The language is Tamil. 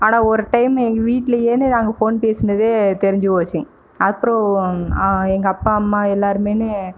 ஆனால் ஒரு டைம் எங்கள் வீட்லையேன்னு நாங்கள் ஃபோன் பேசினது தெரிஞ்சிப்போச்சி அப்புறோம் எங்கள் அப்பா அம்மா எல்லாருமேன்னு